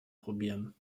probieren